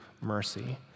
mercy